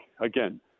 again